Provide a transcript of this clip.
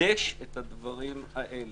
ולקדש את הדברים האלה.